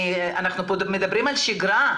אנחנו מדברים פה על שגרה,